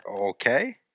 Okay